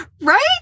Right